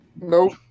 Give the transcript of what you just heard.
Nope